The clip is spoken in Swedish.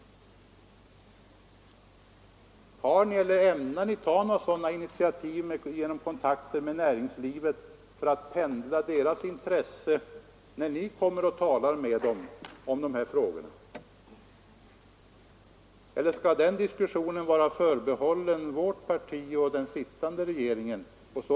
Har ni tagit eller ämnar ni ta några sådana initiativ för att pejla näringslivets intresse när ni talar med dess företrädare om de här frågorna? Eller skall den diskussionen vara förbehållen vårt parti och den sittande regeringen?